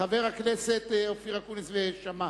חבר הכנסת אופיר אקוניס וחבר הכנסת שאמה,